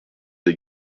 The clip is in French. des